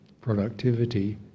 productivity